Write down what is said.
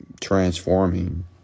transforming